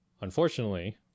Unfortunately